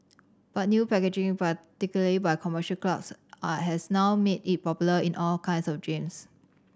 but new packaging particularly by commercial clubs I has now made it popular in all kinds of gyms